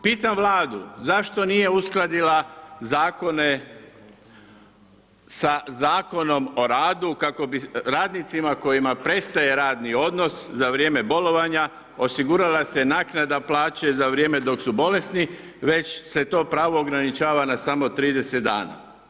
Pitam Vladu zašto nije uskladila zakone sa Zakonom o radu kako bi radnicima kojima prestaje radni odnos za vrijeme bolovanja, osigurala se naknada plaće za vrijeme dok su bolesni već se to pravo ograničava na samo 30 dana?